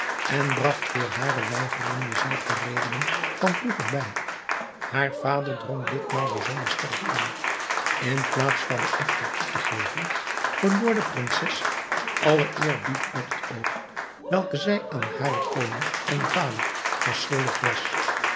en bragt voor hare weigering de zelfde redenen van vroeger bij haar vader drong dit maal bijzonder sterk aan in plaats echter van toe te geven verloor de prinses allen eerbied uit het oog welke zij aan haren koning en vader verschuldigd was